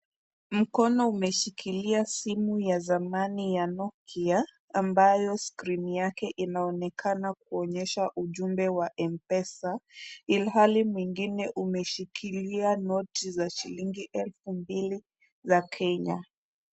Mkono umeshikilia simu ya zamani ya Nokia, ambayo skrini yake inaonekana kuonyesha ujumbe wa Mpesa, ilhali mwingine umeshikilia noti za shillingi elfu mbili za Kenya.